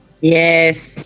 Yes